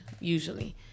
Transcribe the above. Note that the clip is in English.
usually